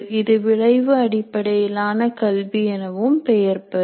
இது விளைவு அடிப்படையிலான கல்வி எனவும் பெயர் பெறும்